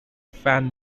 fan